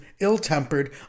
ill-tempered